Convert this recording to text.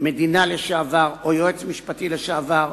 המדינה לשעבר או היועץ המשפטי לשעבר,